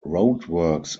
roadworks